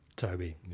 Toby